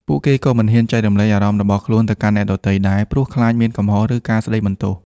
ពួកគេក៏មិនហ៊ាន ចែករំលែកអារម្មណ៍របស់ខ្លួនទៅកាន់អ្នកដទៃដែរ ព្រោះខ្លាចមានកំហុស ឬការស្ដីបន្ទោស។